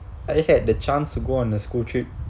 I had the chance to go on a school trip